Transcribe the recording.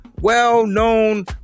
well-known